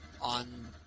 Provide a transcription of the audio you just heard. on